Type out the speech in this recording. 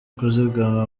kuzigama